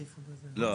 טוב.